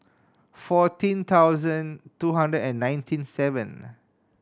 fourteen thousand two hundred and ninety seven